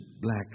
black